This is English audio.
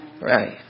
Right